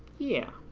yeah,